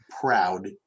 proud